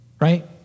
Right